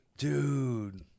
Dude